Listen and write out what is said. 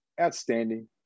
outstanding